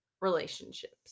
relationships